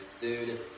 Dude